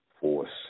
force